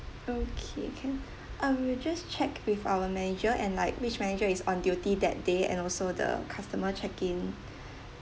okay can um we'll just check with our manager and like which manager is on duty that day and also the customer check-in